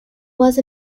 was